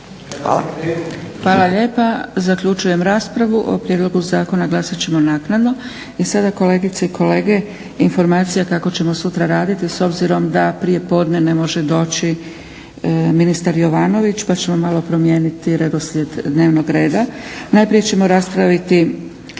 (SDP)** Hvala lijepa. Zaključujem raspravu. O prijedlogu zakona glasati ćemo naknadno. I sada kolegice i kolege informacija kako ćemo sutra raditi s obzirom da prije podne ne može doći ministar Jovanović pa ćemo malo promijeniti redoslijed dnevnog reda. Najprije ćemo raspraviti